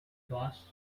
boss